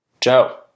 Joe